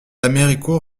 héricourt